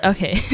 Okay